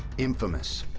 infamous.